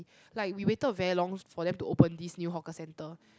like we waited very long for them to open this new hawker centre